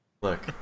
Look